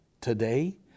today